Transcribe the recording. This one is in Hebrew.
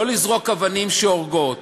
לא לזרוק אבנים שהורגות,